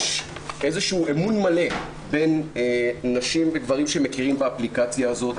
יש אמון מלא בין נשים וגברים שמכירים באפליקציה הזאת.